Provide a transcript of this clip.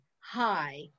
high